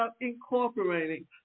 incorporating